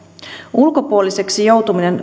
ulkopuoliseksi joutuminen